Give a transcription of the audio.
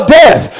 death